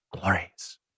Glorious